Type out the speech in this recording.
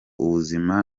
ubuzima